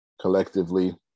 Collectively